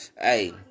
Hey